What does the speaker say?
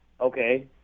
Okay